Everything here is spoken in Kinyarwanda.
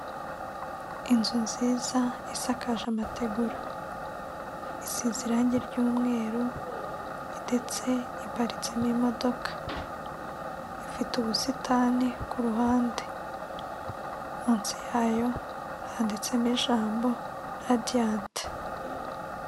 Inzu nziza isakaje amategura isize irangi ry'umweru ndetse iparitsemo imodoka ifite ubusitani ku ruhande munsi yayo handitsemo ijambo radiyati